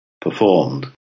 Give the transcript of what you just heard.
performed